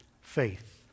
Faith